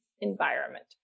environment